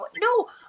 no